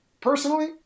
personally